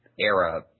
era